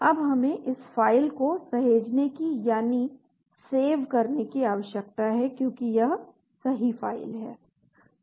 अब हमें इस फ़ाइल को सहेजने की यानी सेव करने की आवश्यकता है क्योंकि यह सही फ़ाइल है